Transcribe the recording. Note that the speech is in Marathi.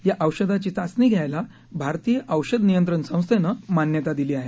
या औषधाची चाचणी घ्यायला भारतीय औषध नियंत्रण संस्थेनं मान्यता दिली आहे